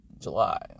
July